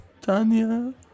Tanya